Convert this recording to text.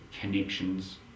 connections